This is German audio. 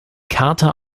kater